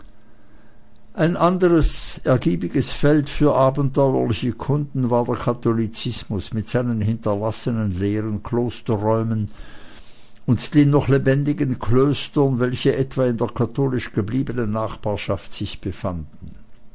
ein anderes ergiebiges feld für abenteuerliche kunden war der katholizismus mit seinen hinterlassenen leeren klosterräumen und den noch lebendigen klöstern welche etwa in der katholisch gebliebenen nachbarschaft sich befanden